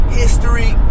history